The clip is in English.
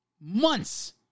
Months